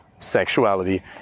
sexuality